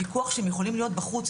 הפיקוח שהם יכולים להיות בחוץ,